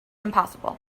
impossible